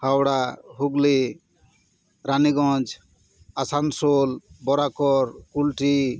Howrah Hooghly Raniganj Asansol Barakar Kulti